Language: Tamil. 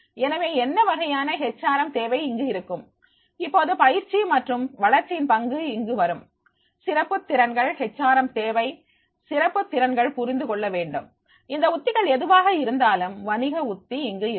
எனவே என்ன வகையான ஹச் ஆர் எம் தேவை இங்கு இருக்கும் இப்போது பயிற்சி மற்றும் வளர்ச்சியின் பங்கு இங்கு வரும் சிறப்பு திறன்கள் ஹச் ஆர் எம் தேவை சிறப்பு திறன்கள் புரிந்து கொள்ள வேண்டும் இந்த உத்திகள் எதுவாக இருந்தாலும் வணிக உத்தி இங்கு இருக்கும்